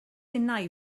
innau